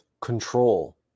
control